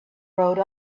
wrote